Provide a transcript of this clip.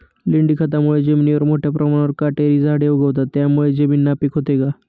लेंडी खतामुळे जमिनीवर मोठ्या प्रमाणावर काटेरी झाडे उगवतात, त्यामुळे जमीन नापीक होते का?